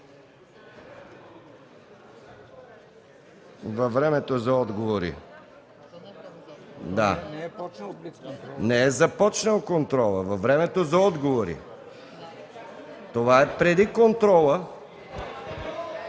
Във времето за отговори. Не е започнал контролът. Във времето за отговори. Това е преди контрола.